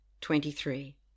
Twenty-three